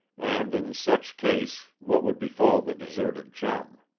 and in such case, what would befall the deserted chum?